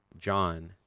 John